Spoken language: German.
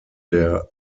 der